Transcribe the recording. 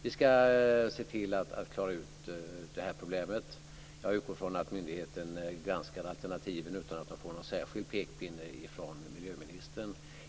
Vi ska se till att klara ut det här problemet. Jag utgår från att myndigheten granskar alternativen utan att de får någon särskild pekpinne från miljöministern.